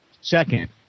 Second